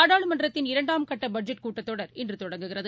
நாடாளுமன்றத்தின் இரண்டாம் கட்டபட்ஜெட் கூட்டத் தொடர் இன்றுதொடங்குகிறது